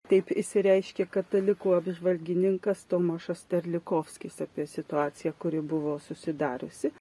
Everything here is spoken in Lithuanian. taip išsireiškė katalikų apžvalgininkas tomašas terlikovskis apie situaciją kuri buvo susidariusi